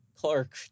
Clark